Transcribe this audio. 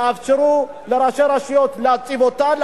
תאפשרו לראשי רשויות להציב אותן,